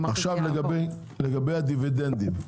לגבי הדיבידנדים,